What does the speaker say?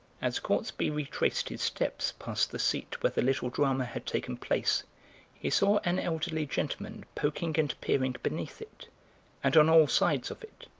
as gortsby retraced his steps past the seat where the little drama had taken place he saw an elderly gentleman poking and peering beneath it and on all sides of it,